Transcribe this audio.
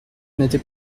n’était